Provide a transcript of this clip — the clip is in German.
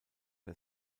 der